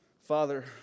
Father